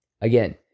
Again